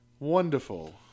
Wonderful